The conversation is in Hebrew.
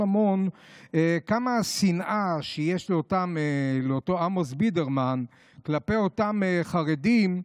המון כמה שנאה יש לאותו עמוס בידרמן כלפי אותם חרדים,